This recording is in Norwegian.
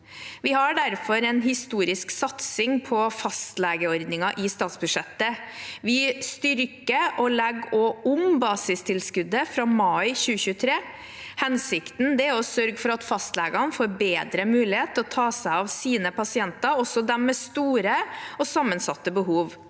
Vi har derfor en historisk satsing på fastlegeordningen i statsbudsjettet. Vi styrker og legger også om basistilskuddet fra mai 2023. Hensikten er å sørge for at fastlegene får bedre mulighet til å ta seg av sine pasienter, også dem med store og sammensatte behov.